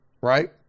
Right